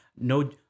No